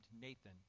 Nathan